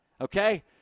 Okay